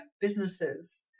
businesses